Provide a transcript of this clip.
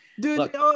Dude